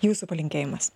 jūsų palinkėjimas